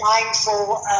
mindful